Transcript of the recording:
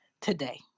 today